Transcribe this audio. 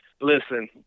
Listen